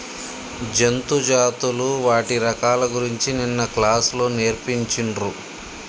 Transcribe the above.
జంతు జాతులు వాటి రకాల గురించి నిన్న క్లాస్ లో నేర్పిచిన్రు